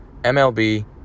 MLB